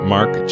Mark